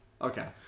Okay